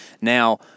Now